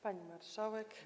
Pani Marszałek!